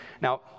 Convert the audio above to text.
Now